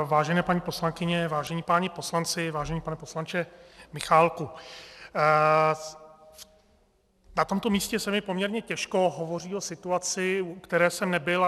Vážené paní poslankyně, vážení páni poslanci, vážený pane poslanče Michálku, na tomto místě se mi poměrně těžko hovoří o situaci, u které jsem nebyl.